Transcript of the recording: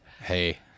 Hey